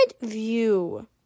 view